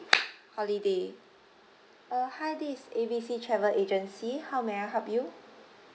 holiday uh hi this is A B C travel agency how may I help you